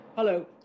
Hello